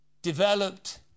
developed